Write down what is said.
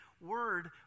word